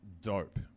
dope